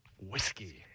Whiskey